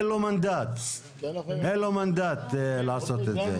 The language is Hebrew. אין לו מנדט לעשות את זה,